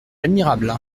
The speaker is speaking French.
admirable